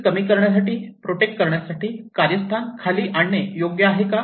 risk कमी करण्यासाठी protect करण्यासाठी कार्यस्थान खाली आणणे योग्य आहे का